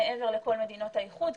מעבר לכל מדינות האיחוד,